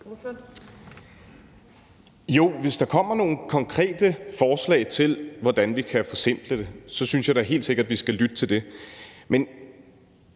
hvis der kommer nogle konkrete forslag til, hvordan vi kan forsimple det, så synes jeg da helt sikkert, vi skal lytte til det. Men